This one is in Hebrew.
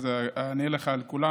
אענה לך על הכול.